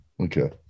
okay